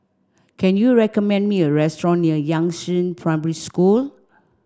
can you recommend me a restaurant near Yangzheng Primary School